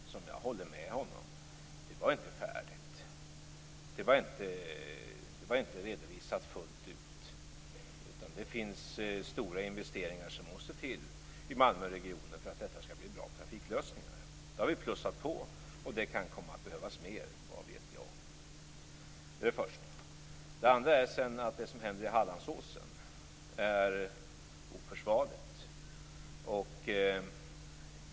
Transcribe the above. Jag håller med honom om att det inte var färdigt och inte redovisat fullt ut, utan stora investeringar måste till i Malmöregionen för att det skall bli bra trafiklösningar. Det har vi plussat på, och det kan komma att behövas mer - vad vet jag? Den andra frågan är att det som händer i Hallandsåsen är oförsvarligt.